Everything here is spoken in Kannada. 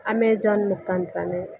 ಅಮೇಝಾನ್ ಮುಖಾಂತ್ರವೇ